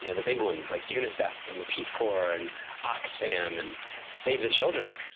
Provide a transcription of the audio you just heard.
you know the big ones like, unicef, and the peace corps, and ox fam, and save the children.